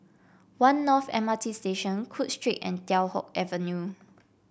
One North M R T Station Cook Street and Teow Hock Avenue